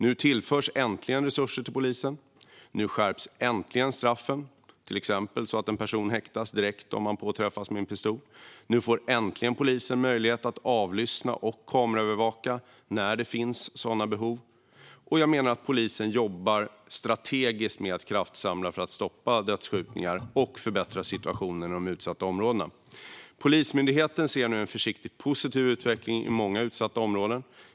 Nu tillförs äntligen resurser till polisen. Nu skärps äntligen straffen, till exempel så att en person häktas direkt om denne påträffas med en pistol. Nu får polisen äntligen möjlighet att avlyssna och kameraövervaka när det finns sådana behov. Jag menar att polisen jobbar strategiskt med att kraftsamla för att stoppa dödsskjutningar och förbättra situationen i de utsatta områdena. Polismyndigheten ser nu en försiktigt positiv utveckling i många utsatta områden.